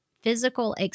physical